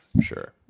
sure